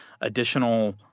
additional